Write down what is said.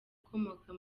ukomoka